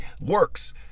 works